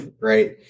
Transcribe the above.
right